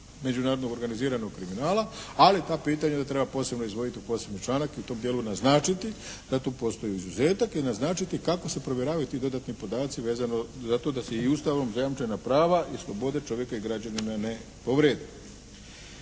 međunarodno organiziranog kriminala, ali ta pitanja treba posebno izdvojiti u posebni članak i u tom dijelu naznačiti da tu postoji izuzetak i naznačiti kako se provjeravaju ti dodatni podaci vezano za to da se i Ustavom zajamčena prava i slobode čovjeka i građanina ne povrijede.